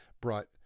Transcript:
brought